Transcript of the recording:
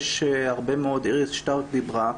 איריס שטרק דיברה,